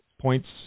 points